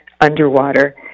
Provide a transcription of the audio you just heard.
underwater